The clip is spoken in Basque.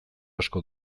asko